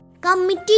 Committee